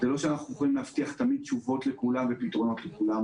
לא שתמיד אנחנו יכולים להבטיח תשובות לכולם ופתרונות לכולם.